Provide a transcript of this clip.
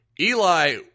Eli